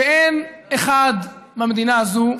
שאין אחד במדינה הזאת,